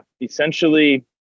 essentially